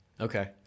Okay